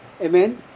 amen